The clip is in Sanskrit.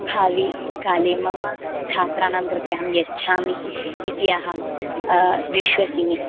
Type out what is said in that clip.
भाविकाले मम छात्राणां कृते अहं यच्छामि इति अहं विश्वसिमि